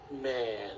man